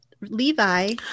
Levi